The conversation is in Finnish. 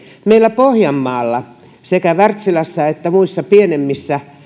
meillä pohjanmaalla sekä wärtsilässä että muissa pienemmissä